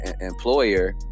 employer